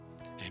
amen